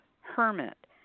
Hermit